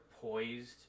poised